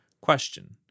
Question